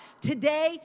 Today